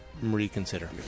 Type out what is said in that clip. reconsider